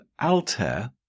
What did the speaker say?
Altair